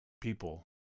people